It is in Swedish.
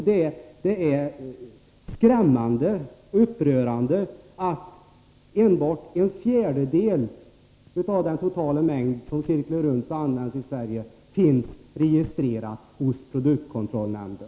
Det är skrämmande och upprörande att enbart en fjärdedel av den totala mängden ämnen som cirklar runt och används i Sverige finns registrerad hos produktkontrollnämnden.